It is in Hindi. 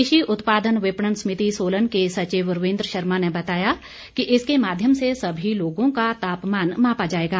कृषि उत्पादन विपणन समिति सोलन के सचिव रविन्द्र शर्मा ने बताया कि इसके माध्यम से सभी लोगों का तापमान मापा जाएगा